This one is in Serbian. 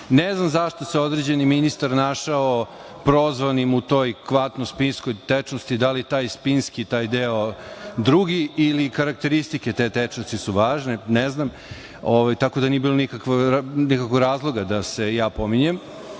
znam zašto se određeni ministar našao prozvanim u toj kvantnoj spinskoj tečnosti, da li taj spinski, taj deo drugi, ili karakteristike te tečnosti su važne, ne znam, tako da nije bilo nikakvog razloga da se ja pominjem. Što